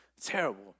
terrible